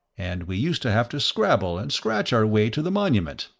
and we used to have to scrabble and scratch our way to the monument.